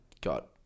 got